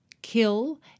kill